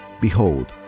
Behold